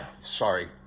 Sorry